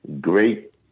great